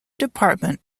department